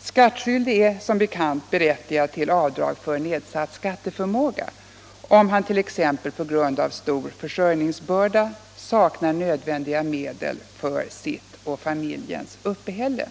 Skattskyldig är som bekant berättigad till avdrag för nedsatt skatteförmåga om han t.ex. på grund av stor försörjningsbörda saknar nödvändiga medel för sitt och familjens uppehälle.